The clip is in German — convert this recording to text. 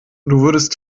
würdest